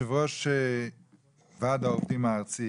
יושב ראש וועד העובדים הארצי,